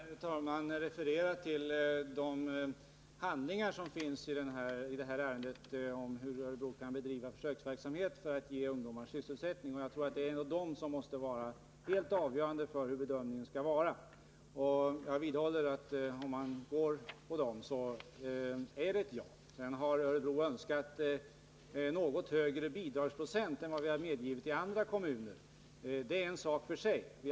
Herr talman! Jag har refererat till de handlingar som finns i detta ärende, om hur Örebro kan bedriva försöksverksamhet för att ge ungdomar sysselsättning, och jag tror att det är de som måste vara helt avgörande för hur bedömningen skall ske. Jag vidhåller att om man går efter dem så är det ett ja. Men har Örebro önskat något högre bidragsprocent än vad vi medgivit i andra kommuner är det en sak för sig.